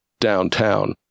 downtown